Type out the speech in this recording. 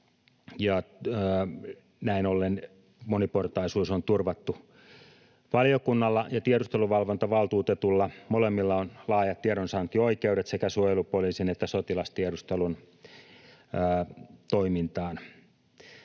Näin ollen moniportaisuus on turvattu. Valiokunnalla ja tiedusteluvalvontavaltuutetulla, molemmilla, on laajat tiedonsaantioikeudet sekä suojelupoliisin että sotilastiedustelun toimintaan.